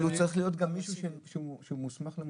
אבל הוא צריך להיות גם מישהו שמוסמך למוסך.